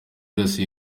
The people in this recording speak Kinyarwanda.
yose